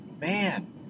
Man